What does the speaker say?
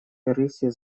рыси